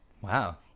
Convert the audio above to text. wow